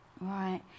Right